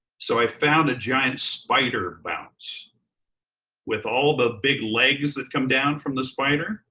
so i found a giant spider bounce with all the big legs that come down from the spider.